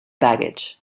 baggage